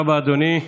תודה רבה, אדוני.